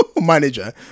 manager